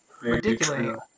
ridiculous